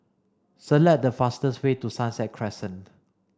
select the fastest way to Sunset Crescent